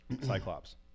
Cyclops